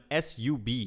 sub